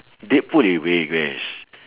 deadpool is way best